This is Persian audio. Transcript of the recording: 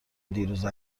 دیروز